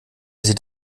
sieht